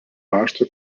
rašto